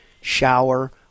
shower